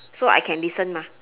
so I can listen mah